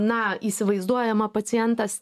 na įsivaizduojama pacientas